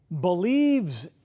believes